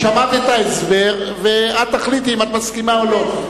שמעת את ההסבר, ואת תחליטי אם את מסכימה או לא.